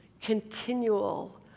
continual